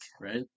right